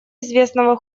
известного